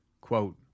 Quote